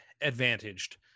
advantaged